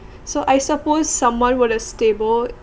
so I suppose someone with a stable